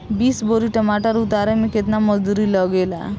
बीस बोरी टमाटर उतारे मे केतना मजदुरी लगेगा?